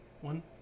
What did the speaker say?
One